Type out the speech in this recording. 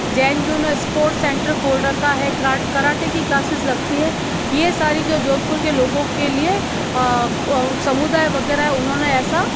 Jain Venus sports centre खोल रखा है करा कराटे की क्लासेस लगती है यह सारी जो जोधपुर के लोगों के लिए समुदाय वगैरह उन्होंने ऐसा